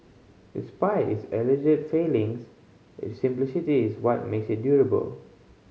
despite its alleged failings its simplicity is what makes it durable